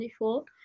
24